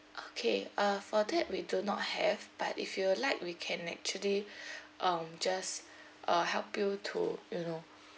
okay uh for that we do not have but if you would like we can actually um just uh help you to you know